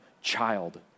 child